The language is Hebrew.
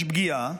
יש פגיעה.